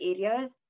areas